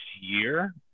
year